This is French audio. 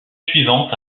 suivante